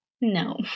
No